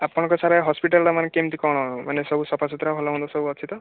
ଆପଣଙ୍କ ସାର୍ ହସ୍ପିଟାଲ୍ଟା ମାନେ କେମିତି କ'ଣ ସଫାସୁତୁରା ଭଲମନ୍ଦ ସବୁ ଅଛି ତ